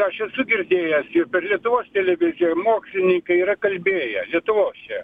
aš esu girdėjęs ir per lietuvos televiziją mokslininkai yra kalbėję lietuvos čia